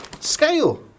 Scale